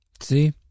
See